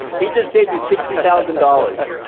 he just saved you sixty thousand dollars.